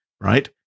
right